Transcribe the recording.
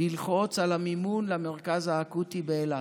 ללחוץ למימון למרכז האקוטי באילת.